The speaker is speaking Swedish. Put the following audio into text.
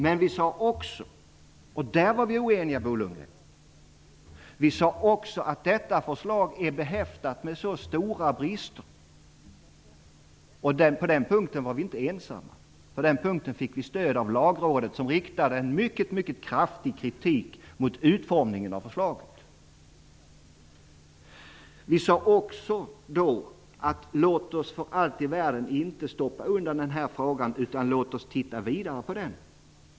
Men vi sade också -- i det avseendet var vi oeniga, Bo Lundgren -- att detta förslag är behäftat med stora brister. Vi var inte ensamma om att tycka det. På den punkten fick vi stöd av lagrådet som riktade mycket kraftig kritik mot utformningen av förslaget. Vi sade också att vi för allt i världen inte skall stoppa undan den här frågan. Låt oss se på den vidare.